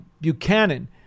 Buchanan